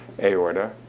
aorta